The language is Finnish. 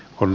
kun